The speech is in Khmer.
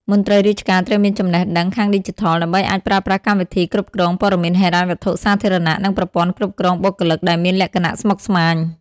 មន្ត្រីរាជការត្រូវមានចំណេះដឹងខាងឌីជីថល ដើម្បីអាចប្រើប្រាស់កម្មវិធីគ្រប់គ្រងព័ត៌មានហិរញ្ញវត្ថុសាធារណៈ និងប្រព័ន្ធគ្រប់គ្រងបុគ្គលិកដែលមានលក្ខណៈស្មុគស្មាញ។